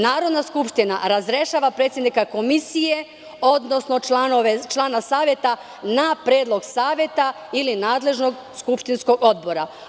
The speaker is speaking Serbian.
Narodna skupština razrešava predsednika komisije, odnosno člana Saveta, na predlog Saveta ili nadležnog skupštinskog odbora.